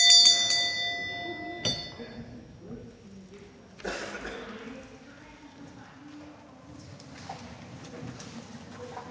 Hvad er hele